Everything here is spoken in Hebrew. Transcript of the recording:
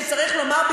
שצריך לומר,